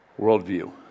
worldview